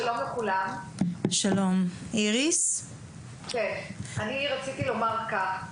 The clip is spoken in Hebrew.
שלום לכולם, אני רציתי לומר כך.